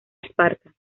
esparta